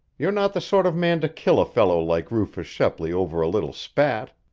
you're not the sort of man to kill a fellow like rufus shepley over a little spat.